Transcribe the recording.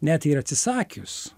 net ir atsisakius